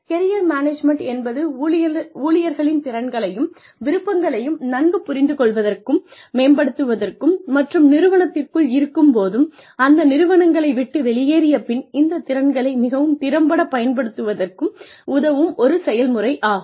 career management என்பது ஊழியர்களின் திறன்களையும் விருப்பங்களையும் நன்கு புரிந்து கொள்வதற்கும் மேம்படுத்துவதற்கும் மற்றும் நிறுவனத்திற்குள் இருக்கும் போதும் அந்த நிறுவனங்களை விட்டு வெளியேறிய பின் இந்த திறன்களை மிகவும் திறம்பட பயன்படுத்துவதற்கும் உதவும் ஒரு செயல்முறையாகும்